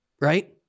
right